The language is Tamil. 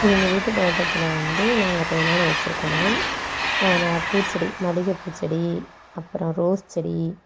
எங்கள் வீட்டு தோட்டத்தில் வந்து நாங்கள் இப்போ என்னென்ன வச்சிருக்கோனா ந பூச்செடி மல்லிகைப்பூ செடி அப்புறம் ரோஸ் செடி